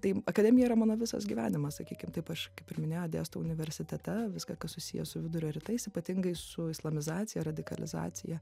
tai akademija yra mano visas gyvenimas sakykim taip aš kaip ir minėjau dėstau universitete viską kas susiję su vidurio rytais ypatingai su islamizacija radikalizacija